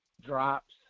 drops